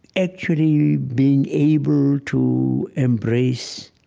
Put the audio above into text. actually being able to embrace.